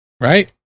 Right